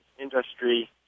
industry